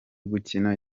gukina